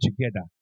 together